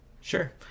sure